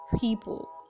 people